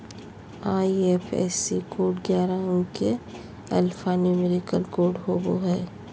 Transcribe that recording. IFSC code ग्यारह अंक के एल्फान्यूमेरिक कोड होवो हय